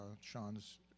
Sean's